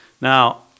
Now